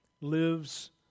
lives